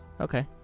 Okay